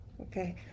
okay